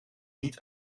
niet